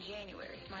January